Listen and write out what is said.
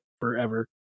forever